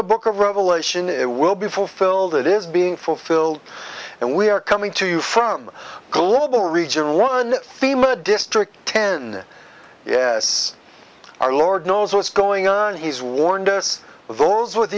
the book of revelation it will be fulfilled it is being fulfilled and we are coming to you from global region one theme a district ten yes our lord knows what's going on he's warned us voles with